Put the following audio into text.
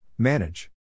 Manage